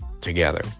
together